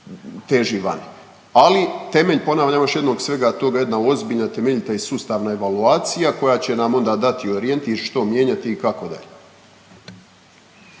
teži vani. Ali temelj ponavljamo još jednom svega toga jedna ozbiljna, temeljita i sustavna evaluacija koja će nam onda dati orijentir što mijenjati i kako dalje.